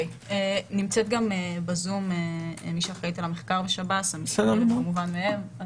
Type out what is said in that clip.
נמצאת בזום מי שאחראית על המחקר בשב"ס לא ארחיב.